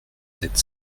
sept